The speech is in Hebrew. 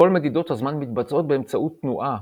כל מדידות הזמן מתבצעות באמצעות תנועה,